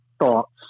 thoughts